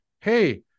Hey